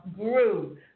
grew